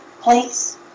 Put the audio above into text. Please